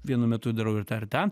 vienu metu darau ir tą ir tą